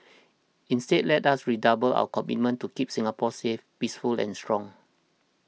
instead let us redouble our commitment to keep Singapore safe peaceful and strong